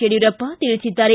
ಯಡಿಯೂರಪ್ಪ ತಿಳಿಸಿದ್ದಾರೆ